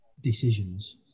decisions